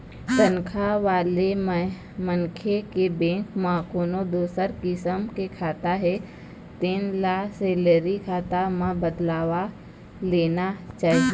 तनखा वाले मनखे के बेंक म कोनो दूसर किसम के खाता हे तेन ल सेलरी खाता म बदलवा लेना चाही